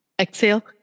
Exhale